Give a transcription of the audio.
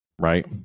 Right